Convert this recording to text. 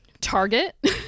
Target